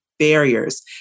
Barriers